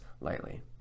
lightly